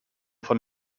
von